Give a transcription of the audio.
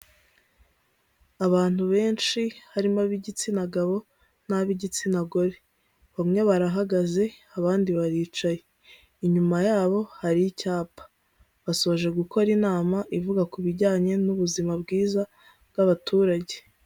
Abantu benshi harimo ab'igitsina gabo n'ab'igitsina gore. Bamwe barahagaze, abandi baricaye. Inyuma yabo hari icyapa. Basoje gukora inama ivuga ku bijyanye n'ubuzima bwiza bw'abaturage.